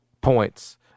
points